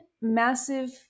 massive